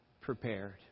prepared